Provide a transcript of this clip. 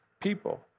people